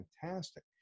fantastic